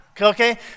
okay